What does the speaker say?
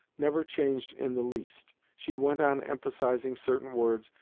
never changed in the least. she went on emphasising certain words,